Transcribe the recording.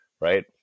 right